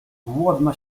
głodna